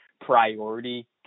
priority